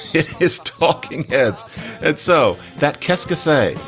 it is talking heads and so that casca say,